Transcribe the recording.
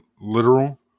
literal